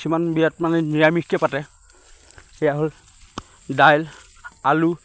কিছুমান বিয়াত মানে নিৰামিষকে পাতে এয়া হ'ল দাইল আলু